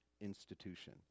institution